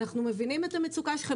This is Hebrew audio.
אנחנו מבינים את המצוקה שלכם,